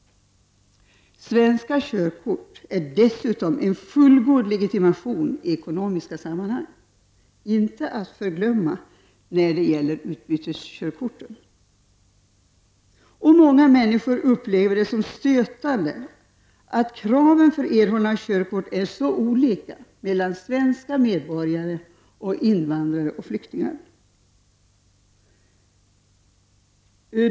Svenskt körkort är dessutom en fullgod legitimation i ekonomiska sammanhang, och det är inte att förglömma när det gäller utbyteskörkorten. Många människor upplever det som stötande att kraven för erhållande av körkort är så olika mellan svenska medborgare och invandrare och flyktingar.